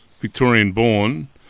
Victorian-born